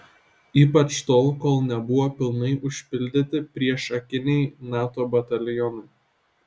ypač tol kol nebuvo pilnai užpildyti priešakiniai nato batalionai